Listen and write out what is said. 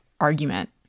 argument